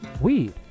weed